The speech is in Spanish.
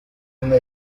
una